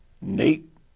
Nate